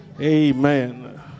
Amen